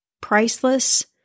priceless